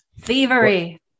Thievery